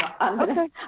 Okay